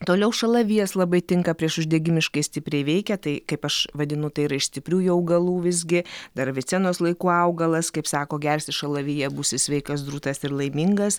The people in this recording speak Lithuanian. toliau šalavijas labai tinka priešuždegimiškai stipriai veikia tai kaip aš vadinu tai yra iš stipriųjų augalų visgi dar avicenos laikų augalas kaip sako gersi šalaviją būsi sveikas drūtas ir laimingas